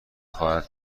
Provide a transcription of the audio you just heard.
خواهند